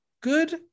good